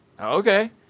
Okay